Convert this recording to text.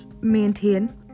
maintain